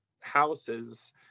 houses